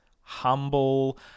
humble